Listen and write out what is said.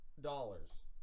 dollars